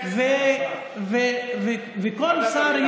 וכל שר,